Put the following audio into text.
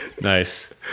nice